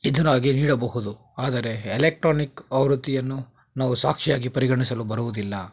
ಇದರಾಗೆ ನೀಡಬಹುದು ಆದರೆ ಎಲೆಕ್ಟ್ರಾನಿಕ್ ಆವೃತ್ತಿಯನ್ನು ನಾವು ಸಾಕ್ಷಿಯಾಗಿ ಪರಿಗಣಿಸಲು ಬರುವುದಿಲ್ಲ